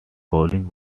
collins